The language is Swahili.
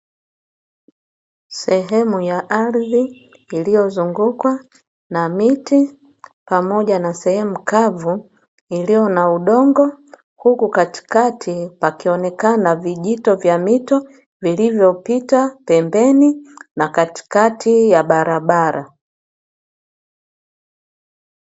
Sehemu ya ardhi iiyozungukwa na miti pamoja na sehemu kavu, iliyo na udongo huku katikati pakionekana na vijito vya mito, vilivyopita pembeni na katikati ya barabara.